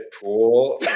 pool